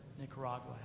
Nicaragua